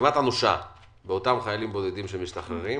כמעט אנושה באותם חיילים בודדים שמשתחררים.